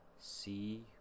see